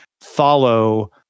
follow